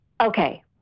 Okay